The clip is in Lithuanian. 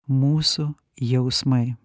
mūsų jausmai